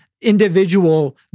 individual